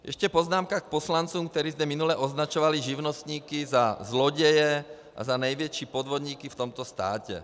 Ještě poznámka k poslancům, kteří zde minule označovali živnostníky za zloděje a za největší podvodníky v tomto státě.